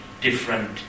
different